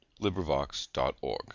LibriVox.org